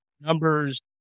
numbers